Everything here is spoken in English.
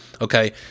okay